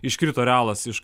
iškrito realas iš